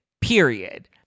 period